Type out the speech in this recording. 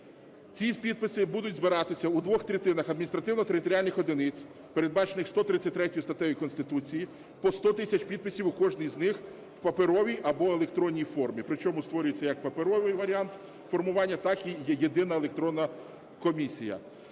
Ці підписи будуть збиратися у двох третинах адміністративно-територіальних одиниць, передбачених 133 статтею Конституції по 100 тисяч підписів у кожній із них у паперовій або у електронній формі. Причому створюється як паперовий варіант формування, так і єдина електронна комісія.